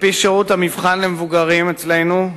על-פי שירות המבחן למבוגרים אצלנו,